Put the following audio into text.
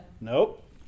Nope